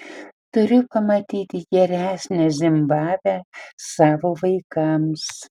turiu pamatyti geresnę zimbabvę savo vaikams